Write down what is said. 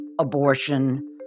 abortion